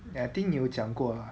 ya I think 你有讲过 lah